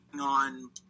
on